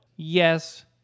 Yes